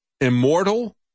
immortal